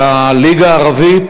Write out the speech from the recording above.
והליגה הערבית,